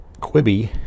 Quibby